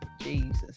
Jesus